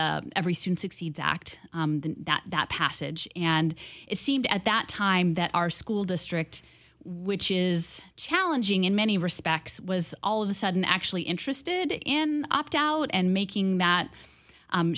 every sin succeeds act that passage and it seemed at that time that our school district which is challenging in many respects was all of a sudden actually interested in opt out and making that